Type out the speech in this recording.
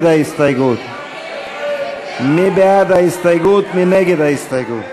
מי נגד ההסתייגות?